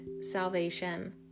salvation